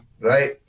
right